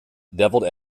devilled